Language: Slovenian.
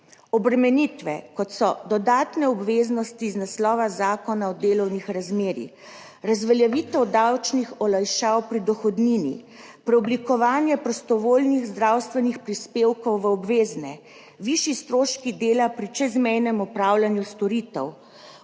Obremenitve, kot so dodatne obveznosti iz naslova Zakona o delovnih razmerjih, razveljavitev davčnih olajšav pri dohodnini, preoblikovanje prostovoljnih zdravstvenih prispevkov v obvezne, višji stroški dela pri čezmejnem opravljanju storitev,